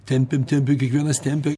tempiam tempia kiekvienas tempia